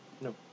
No